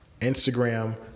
Instagram